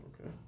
Okay